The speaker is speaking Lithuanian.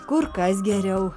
kur kas geriau